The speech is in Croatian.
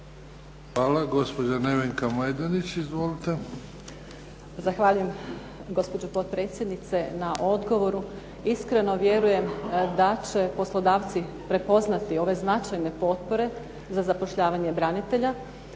**Majdenić, Nevenka (HDZ)** Zahvaljujem gospođo potpredsjednice na odgovoru. Iskreno vjerujem da će poslodavci prepoznati ove značajne potpore za zapošljavanje branitelja,